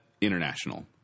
international